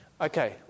okay